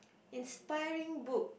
inspiring book